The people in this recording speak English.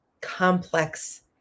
complex